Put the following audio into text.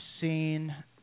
seen